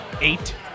Eight